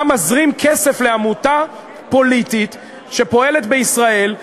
אתה מזרים כסף לעמותה פוליטית שפועלת בישראל.